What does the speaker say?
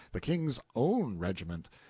the king's own regiment,